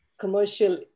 commercial